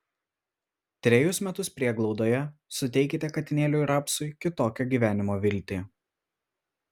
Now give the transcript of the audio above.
trejus metus prieglaudoje suteikite katinėliui rapsui kitokio gyvenimo viltį